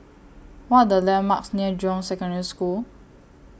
What Are The landmarks near Jurong Secondary School